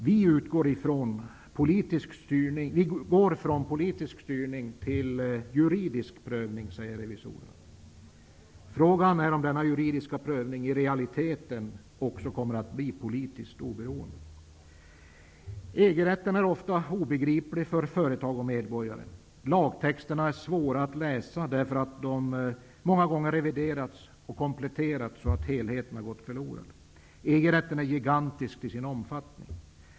Vi går från politisk styrning till juridisk prövning i efterhand, säger revisorerna. Frågan är om denna juridiska prövning i realiteten också kommer att bli politiskt oberoende. EG-rätten är ofta obegriplig för företag och medborgare. Lagtexterna är svåra att läsa därför att de många gånger reviderats och kompletterats så att helheten har gått förlorad. EG-rätten är gigantisk till sin omfattning.